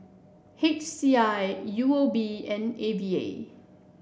H C I U O B and A V A